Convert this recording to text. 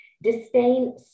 disdain